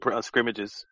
scrimmages